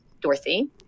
dorothy